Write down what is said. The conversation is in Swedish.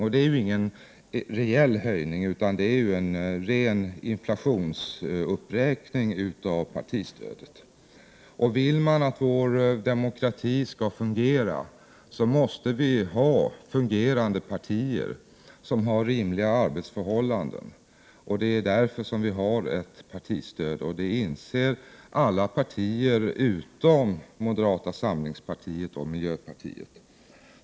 Och det är ingen reell höjning som föreslås, utan det är en ren inflationsuppräkning av partistödet. Vill vi att vår demokrati skall fungera, måste vi ha fungerande partier som har rimliga arbetsförhållanden. Det är därför vi har ett partistöd, och det inser alla partier utom moderata samlingspartiet och miljöpartiet.